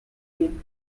you